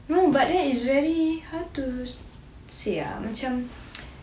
no but you know it's very how to say ah macam